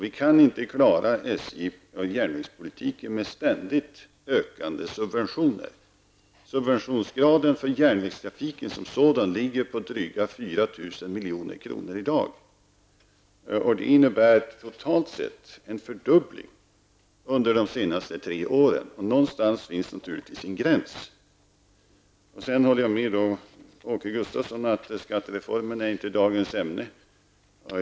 Vi kan inte klara SJ och järnvägspolitiken med ständigt ökande subventioner. Subventionsgraden för järnvägstrafiken som sådan ligger i dag på drygt 4 000 milj.kr. Det innebär totalt sett en fördubbling under de senaste tre åren. Någonstans finns naturligtvis en gräns. Sedan håller jag med Åke Gustavsson om att skattereformen inte är dagens ämne.